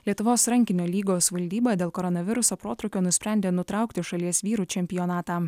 lietuvos rankinio lygos valdyba dėl koronaviruso protrūkio nusprendė nutraukti šalies vyrų čempionatą